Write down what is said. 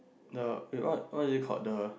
the the what what do you called the